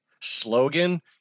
slogan